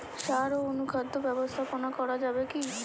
সাড় ও অনুখাদ্য ব্যবস্থাপনা করা যাবে কি?